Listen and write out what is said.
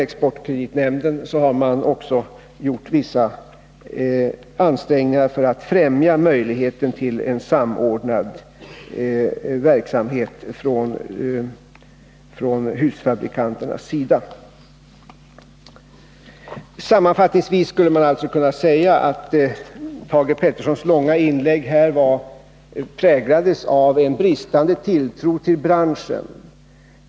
Exportkreditnämnden har gjort vissa insatser för att främja möjligheten till en samordnad verksamhet från husfabrikanternas sida. Sammanfattningsvis skulle man alltså kunna säga att Thage Petersons långa inlägg präglades av bristande tilltro till branschen.